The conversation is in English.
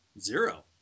zero